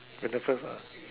you're the first ah